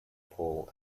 paul